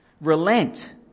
Relent